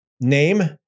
name